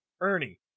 Ernie